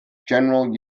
general